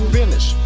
finish